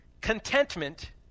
Contentment